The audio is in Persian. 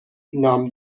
نام